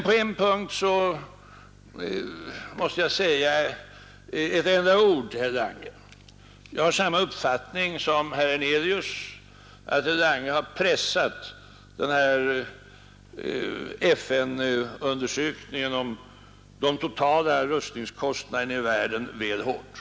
På en punkt måste jag dock säga ett enda ord till herr Lange. Jag har samma uppfattning som herr Hernelius om att herr Lange har pressat FN-undersökningen om de totala rustningskostnaderna i världen väl hårt.